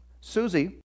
Susie